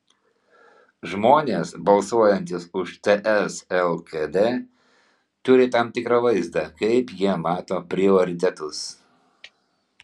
žmonės balsuojantys už ts lkd turi tam tikrą vaizdą kaip jie mato prioritetus